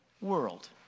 world